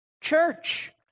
church